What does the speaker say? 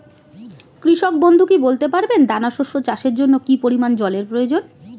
কৃষক বন্ধু কি বলতে পারবেন দানা শস্য চাষের জন্য কি পরিমান জলের প্রয়োজন?